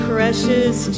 precious